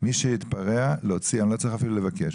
מי שיתפרע להוציא, אני לא צריך אפילו לבקש.